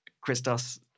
christos